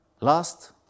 Last